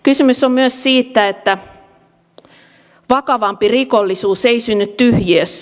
kysymys on myös siitä että vakavampi rikollisuus ei synny tyhjiössä